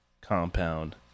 compound